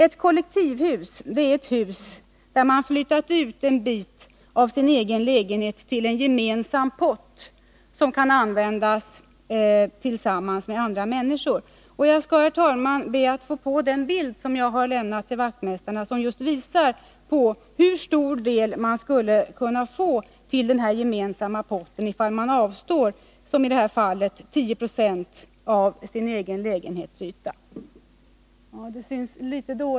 Ett kollektivhus är ett hus där man flyttat ut en bit av sin egen lägenhet till en gemensam pott, som kan användas tillsammans med andra människor. Jag skall be att få visa en bild över hur stor del man skulle kunna få till den gemensamma potten i fall var och en avstår från, i det här fallet, 10 96 av sin egen lägenhetsyta.